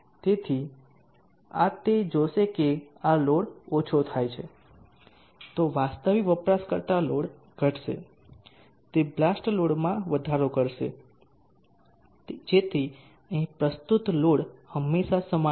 તેથી આ તે જોશે કે જો આ લોડ ઓછો થાય છે તો વાસ્તવિક વપરાશકર્તા લોડ ઘટશે તે બાલ્સ્ટ લોડમાં વધારો કરશે જેથી અહીં પ્રસ્તુત લોડ હંમેશા સમાન રહે